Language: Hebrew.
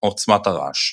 עוצמת הרעש.